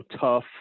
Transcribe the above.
tough